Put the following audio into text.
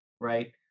right